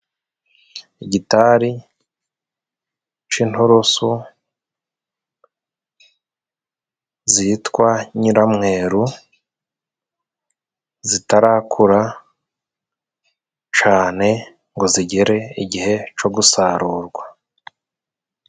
Igitari c'inturusu zitwa nyiramweru zitarakura cane, ngo zigere igihe co gusarurwa.